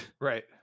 Right